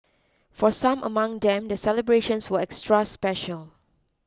for some among them the celebrations were extra special